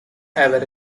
ever